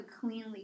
cleanly